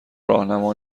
راهنما